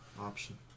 option